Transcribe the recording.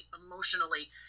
emotionally